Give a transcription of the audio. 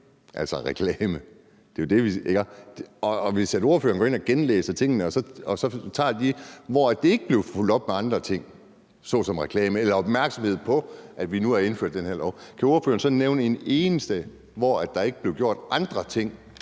altså reklame. Hvis ordføreren går ind og genlæser tingene og tager de tilfælde, hvor det ikke er blevet fulgt op med andre ting såsom reklame eller opmærksomhed på, at vi nu har indført den her lov, kan ordføreren så nævne et eneste tilfælde, hvor der ikke er blevet gjort andre ting